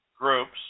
groups